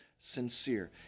Sincere